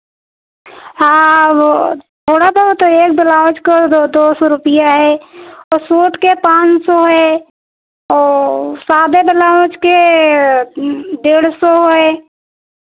हाँ वो थोड़ा बहुत एक ब्लाउज़ को दो दो सौ रुपैया है और सूट के पाँच सौ है और सादे ब्लाउज़ के डेढ़ सौ है